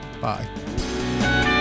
Bye